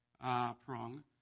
prong